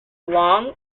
long